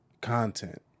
content